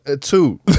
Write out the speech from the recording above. two